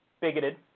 bigoted